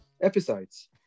episodes